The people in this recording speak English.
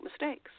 mistakes